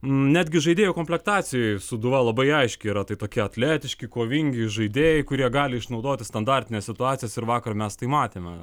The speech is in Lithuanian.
netgi žaidėjų komplektacijoj sūduva labai aiškiai yra tai tokie atletiški kovingi žaidėjai kurie gali išnaudoti standartines situacijas ir vakar mes tai matėme